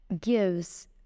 gives